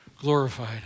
glorified